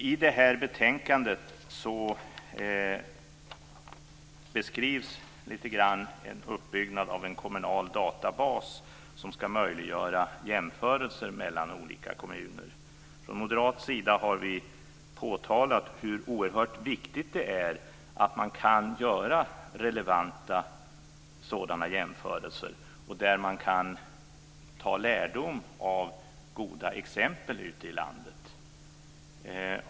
I detta betänkande beskrivs en uppbyggnad av en kommunal databas som ska möjliggöra jämförelser mellan olika kommuner. Vi från moderaterna har påpekat hur oerhört viktigt det är att man kan göra relevanta sådana jämförelser där man kan dra lärdom av goda exempel ute i landet.